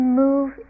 move